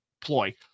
ploy